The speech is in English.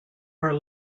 are